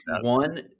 one